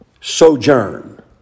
sojourn